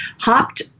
hopped